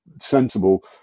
sensible